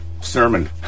sermon